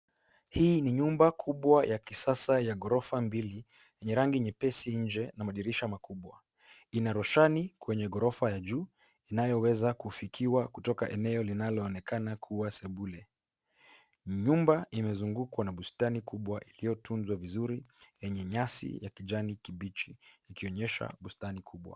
Hii ni nyumba kubwa ya kisasa ya ghorofa mbili yenye rangi nyepesi nje na madirisha makubwa. Ina roshani kwenye ghorofa ya juu inayoweza kufikiwa kutoka eneo linaloonekana kuwa sebule. Nyumba imezungukwa na bustani kubwa iliyotunzwa vizuri yenye nyasi kijani kibichi ikionyesha bustani kubwa.